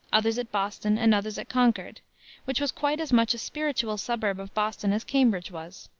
others at boston and others at concord which was quite as much a spiritual suburb of boston as cambridge was.